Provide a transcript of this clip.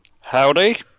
Howdy